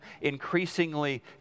increasingly